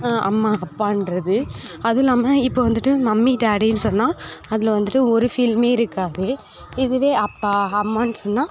அம்மா அப்பாகிறது அதுவும் இல்லாமல் இப்போ வந்துட்டு மம்மி டாடின்னு சொன்னால் அதில் வந்துட்டு ஒரு ஃபீலுமே இருக்காது இதுவே அப்பா அம்மான்னு சொன்னால்